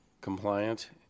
compliant